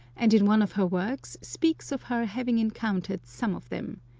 and in one of her works speaks of her having encountered some of them.